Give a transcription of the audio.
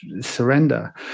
surrender